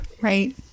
Right